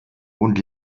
und